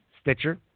Stitcher